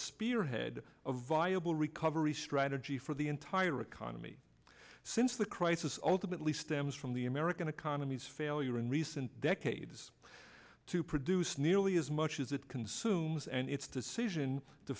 spearhead a viable recovery strategy for the entire economy since the crisis ultimately stems from the american economies failure in recent decades to produce nearly as much as it consumes and its decision to